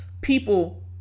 People